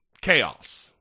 Chaos